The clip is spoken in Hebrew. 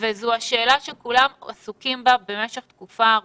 והיא השאלה שכולם עסוקים בה במשך תקופה ארוכה.